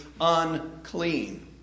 unclean